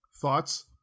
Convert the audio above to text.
thoughts